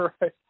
right